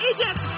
Egypt